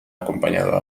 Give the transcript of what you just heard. acompañado